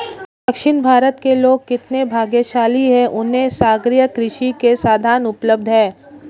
दक्षिण भारत के लोग कितने भाग्यशाली हैं, उन्हें सागरीय कृषि के साधन उपलब्ध हैं